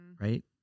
right